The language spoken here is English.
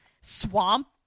swamp